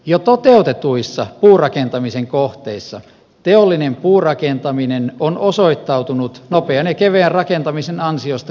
jo toteutetuissa puurakentamisen kohteissa teollinen puurakentaminen on osoittautunut nopean ja keveän rakentamisen ansiosta kilpailukykyiseksi